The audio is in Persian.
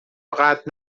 قطع